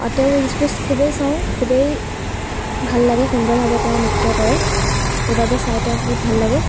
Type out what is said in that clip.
তেওঁৰ ৰিলছবোৰ খুবেই চাওঁ খুবেই ভাল লাগে সুন্দৰভাৱে তেওঁ নৃত্য কৰে সেইবাবে চাই তেওঁক বহুত ভাল লাগে